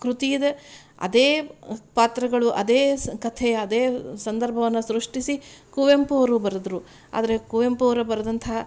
ಕೃತಿಯಿದೆ ಅದೇ ಪಾತ್ರಗಳು ಅದೇ ಸಹ ಕಥೆಯ ಅದೇ ಸಂದರ್ಭವನ್ನ ಸೃಷ್ಟಿಸಿ ಕುವೆಂಪು ಅವರು ಬರೆದ್ರು ಆದರೆ ಕುವೆಂಪು ಅವ್ರು ಬರೆದಂತಹ